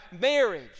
marriage